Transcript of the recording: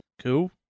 Cool